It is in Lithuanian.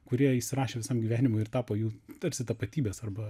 kurie įsirašė visam gyvenimui ir tapo jų tarsi tapatybės arba